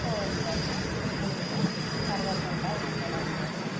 కోళ్ళకు గూడు తడవకుండా ఉండడం కోసం